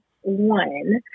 one